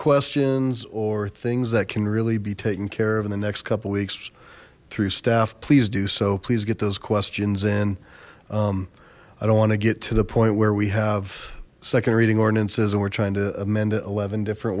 questions or things that can really be taken care of in the next couple weeks through staff please do so please get those questions in i don't want to get to the point where we have second reading ordinances and we're trying to amend it eleven different